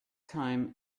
time